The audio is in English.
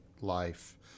life